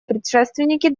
предшественники